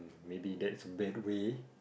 maybe that's bad way